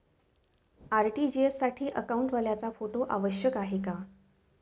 RTGS साठी अकाउंटवाल्याचा photo आवश्यक आहे का?